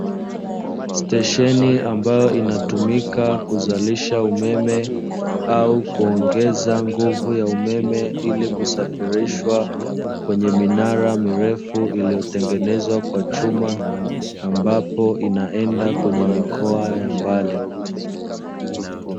Stesheni ambayo inatumika kuzalisha umeme au kuongeza nguvu ya umeme ili kusafirishwa kwenye minara mirefu iliyotengenezwa kwa chuma, ambapo inaenda kwenye mikoa ya mbali.